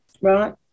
right